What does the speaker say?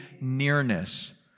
Nearness